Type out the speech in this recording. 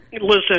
listen